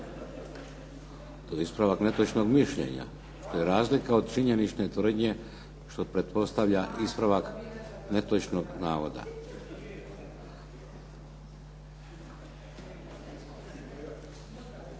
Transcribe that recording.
To je ispravak netočnog mišljenja. To je razlika od činjenične tvrdnje što pretpostavlja ispravak netočnog navoda.